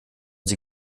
sie